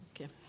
Okay